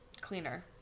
cleaner